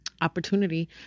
opportunity